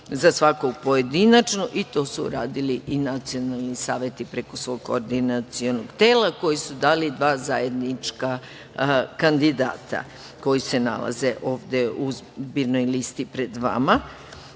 za svakog pojedinačno i to su uradili i nacionalni saveti preko svog koordinacionog tela koji su dali dva zajednička kandidata koji se nalaze ovde u zbirnoj listi pred